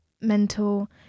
mental